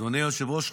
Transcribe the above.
אדוני היושב-ראש,